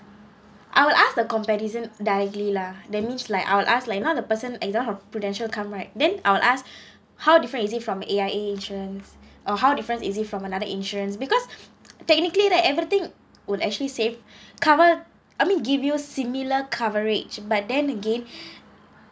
I will ask the person directly lah that means like I'll ask like you know the person example a prudential come right then I will ask how different is it form A_I_A agents or how different is it from another insurance because technically right everything would actually save cover I mean give you a similar coverage but then again